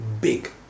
big